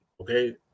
okay